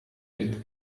від